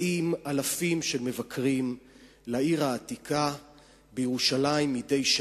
באים אלפים של מבקרים לעיר העתיקה בירושלים מדי שבת,